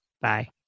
Bye